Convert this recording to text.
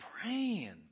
praying